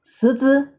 十只